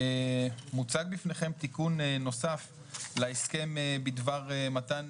מוצג בפניכם תיקון נוסף להסכם בדבר מתן